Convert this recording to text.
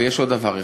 ויש עוד דבר אחד,